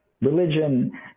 religion